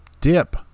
dip